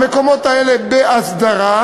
המקומות האלה בהסדרה,